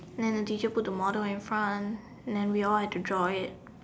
then the teacher put the model in front and then we all had to draw it